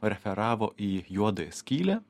referavo į juodąją skylę